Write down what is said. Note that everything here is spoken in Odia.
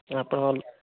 ଆପଣଙ୍କ